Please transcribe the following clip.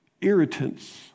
Irritants